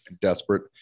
desperate